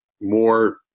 more